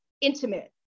intimate